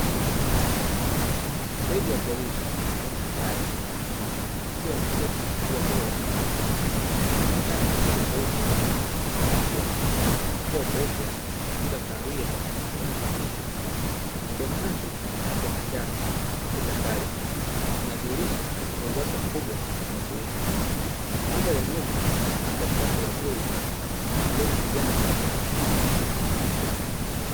Ndege wa porini aina ya tai, akiwa ameketi juu ya tawi la mti, anaonekana ana kichwa cheupe chenye kuvutia, kifua cheupe na mwili wa kahawia, wenye rangi nzito. Midomo yake ya rangi ya manjano, na kucha kali, zinadhirisha uwezo mkubwa wa kuwinda. Mandhari ya nyuma, ina anga safi la bluu na majani ya kijani ya mti.